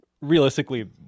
realistically